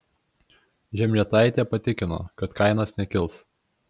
žemrietaitė patikino kad kainos nekils